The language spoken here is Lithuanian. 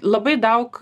labai daug